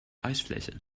eisfläche